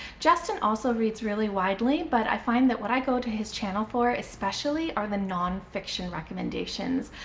justin also reads really widely, but i find that when i go to his channel for especially are the nonfiction recommendations.